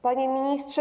Panie Ministrze!